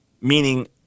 Meaning